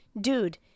Dude